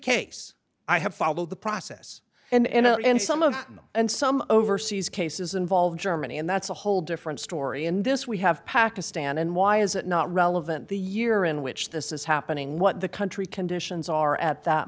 case i have followed the process and some of them and some overseas cases involve germany and that's a whole different story in this we have pakistan and why is it not relevant the year in which this is happening what the country conditions are at th